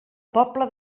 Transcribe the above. pobla